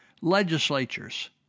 legislatures